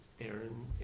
Aaron